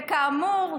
וכאמור,